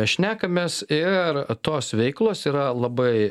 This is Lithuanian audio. šnekamės ir tos veiklos yra labai